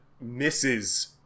misses